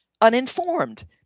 uninformed